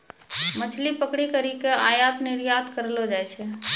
मछली पकड़ी करी के आयात निरयात करलो जाय छै